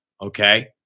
okay